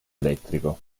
elettrico